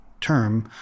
term